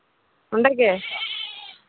ᱚᱸᱰᱮ ᱜᱮ